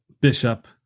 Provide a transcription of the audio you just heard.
Bishop